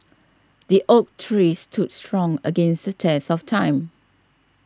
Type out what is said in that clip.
the oak tree stood strong against the test of time